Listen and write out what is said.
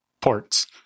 ports